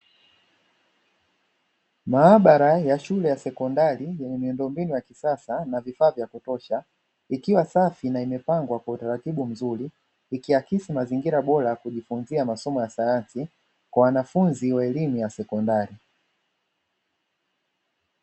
Maabara ya shule ya sekondari yenye miundombinu ya kisasa na vifaa vya kutosha ikiwa safi na imepangwa kwa utaratibu mzuri ikiakisi mazingira bora kujifunzia masomo ya sayansi kwa wanafunzi wa elimu ya sekondari.